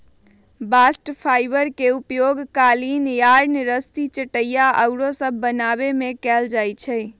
bast fibre के उपयोग कालीन, यार्न, रस्सी, चटाइया आउरो सभ बनाबे में कएल जाइ छइ